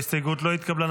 ההסתייגות לא התקבלה.